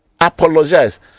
apologize